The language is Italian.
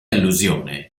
allusione